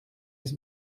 its